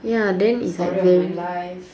ya then is like very